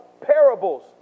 parables